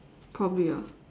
probably ah